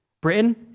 Britain